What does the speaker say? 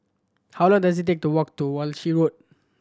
how long does it take to walk to Walshe Road